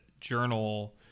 journal